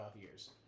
years